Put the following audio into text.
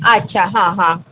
अच्छा हां हां